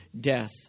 death